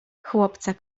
chłopca